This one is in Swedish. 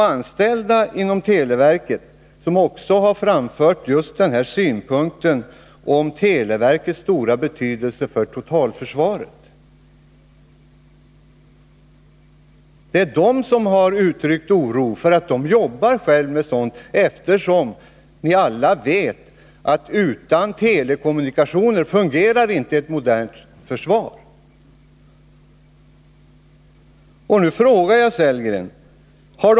Anställda vid televerket har också framfört synpunkten att televerkets verksamhet är av mycket stor betydelse för totalförsvaret och de har uttryckt oro i det sammanhanget. Det är fråga om personer som själva jobbar med sådana här saker. Alla vet väl att ett modernt försvar inte fungerar utan telekommunikationer.